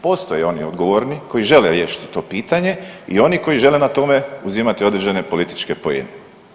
Postoje i oni odgovorni koji žele riješiti to pitanje i oni koji žele na tome uzimati određene političke poene.